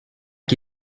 qui